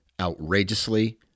outrageously